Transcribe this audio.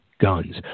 Guns